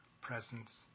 Presence